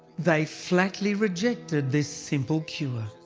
they flatly rejected this simple cure.